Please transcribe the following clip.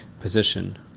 position